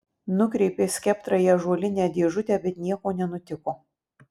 nukreipė skeptrą į ąžuolinę dėžutę bet nieko nenutiko